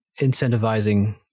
incentivizing